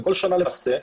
בכל שנה בעצם,